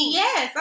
yes